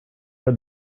read